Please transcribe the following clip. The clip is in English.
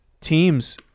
teams